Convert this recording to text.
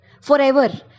Forever